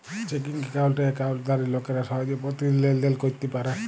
checking একাউল্টে একাউল্টধারি লোকেরা সহজে পতিদিল লেলদেল ক্যইরতে পারে